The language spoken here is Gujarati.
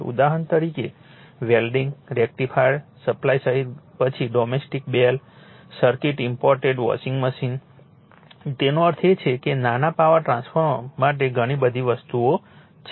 ઉદાહરણ તરીકે વેલ્ડીંગ અને રેક્ટિફાયર સપ્લાય સહિત પછી domestic bell circuit imported washing machine તેનો અર્થ એ છે કે નાના પાવર ટ્રાન્સફોર્મર માટે ઘણી બધી વસ્તુઓ છે